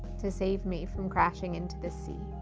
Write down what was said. to save me from crashing into the sea.